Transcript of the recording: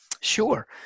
sure